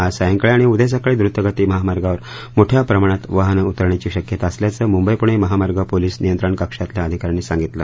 आज सायंकाळी आणि उद्या सकाळी द्रतगती महामार्गावर मोठ्या प्रमाणात वाहनं उतरण्याची शक्यता असल्याचं मुंबई पुणे महामार्ग पोलिस नियंत्रण कक्षातल्या अधिकाऱ्यांनी सांगितलं